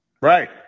Right